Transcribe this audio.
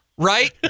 Right